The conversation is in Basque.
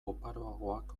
oparoagoak